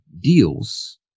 deals